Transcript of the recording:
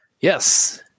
Yes